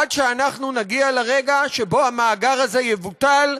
עד שאנחנו נגיע לרגע שבו המאגר הזה יבוטל,